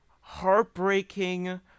heartbreaking